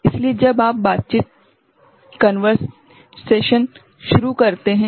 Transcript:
इसलिए जब आप बातचीत शुरू करते हैं